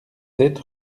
sept